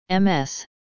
MS